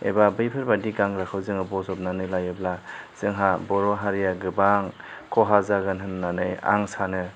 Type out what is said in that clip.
एबा बैफोरबादि गानग्राखौ जोङो बज'बनानै लायोब्ला जोंहा बर' हारिया गोबां ख'हा जागोन होन्नानै आं सानो